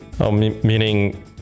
Meaning